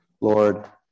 Lord